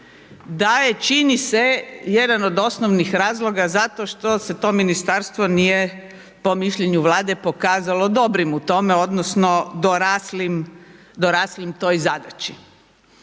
da je čini se jedan od osnovnih razloga zato što se to ministarstvo nije po mišljenju Vlade pokazalo dobrim u tome, odnosno doraslim toj zadaći.